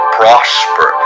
prosper